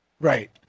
Right